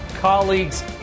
colleagues